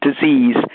disease